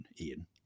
Ian